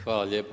Hvala lijepo.